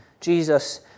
Jesus